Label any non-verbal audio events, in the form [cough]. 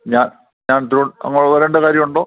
ഞാൻ [unintelligible] അങ്ങോട്ട് വരേണ്ട കാര്യമുണ്ടോ